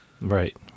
Right